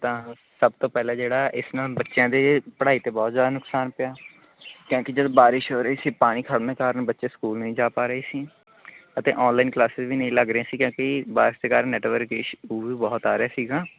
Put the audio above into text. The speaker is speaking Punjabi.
ਤਾਂ ਸਭ ਤੋਂ ਪਹਿਲਾਂ ਜਿਹੜਾ ਇਸ ਨਾਲ ਬੱਚਿਆਂ ਦੇ ਪੜ੍ਹਾਈ 'ਤੇ ਬਹੁਤ ਜ਼ਿਆਦਾ ਨੁਕਸਾਨ ਪਿਆ ਕਿਉਂਕਿ ਜਦ ਬਾਰਿਸ਼ ਹੋ ਰਹੀ ਸੀ ਪਾਣੀ ਖੜ੍ਹਨ ਦੇ ਕਾਰਨ ਬੱਚੇ ਸਕੂਲ ਨਹੀਂ ਜਾ ਪਾ ਰਹੇ ਸੀ ਅਤੇ ਔਨਲਾਈਨ ਕਲਾਸਿਸ ਵੀ ਨਹੀਂ ਲੱਗ ਰਹੀ ਸੀਗੀਆਂ ਕਿਉਂਕਿ ਬਾਰਿਸ਼ ਕਾਰਨ ਨੈਟਵਰਕ ਈਸ਼ੂ ਵੀ ਬਹੁਤ ਆ ਰਹੇ ਸੀ ਹੈ ਨਾ